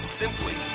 simply